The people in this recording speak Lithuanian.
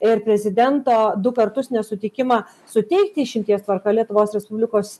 ir prezidento du kartus nesutikimą suteikti išimties tvarka lietuvos respublikos